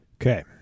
Okay